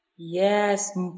Yes